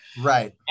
Right